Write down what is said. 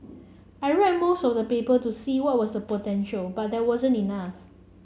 I read most of the paper to see what was the potential but there wasn't enough